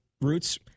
roots